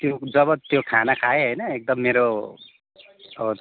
त्यो जब त्यो खाना खाएँ होइन एकदम मेरो अब